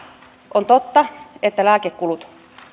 on totta että lääkekulut